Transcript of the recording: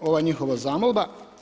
ova njihova zamolba.